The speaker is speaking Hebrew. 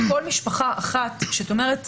כל משפחה שאת אומרת,